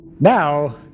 now